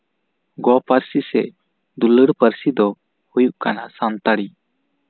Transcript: ᱜᱚᱼᱯᱟᱹᱨᱥᱤ ᱥᱮ ᱫᱩᱞᱟᱹᱲ ᱯᱟᱹᱨᱥᱤ ᱫᱚ ᱦᱩᱭᱩᱜ ᱠᱟᱱᱟ ᱥᱟᱱᱛᱟᱲᱤ